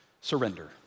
surrender